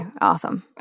awesome